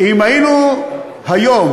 אם היינו היום,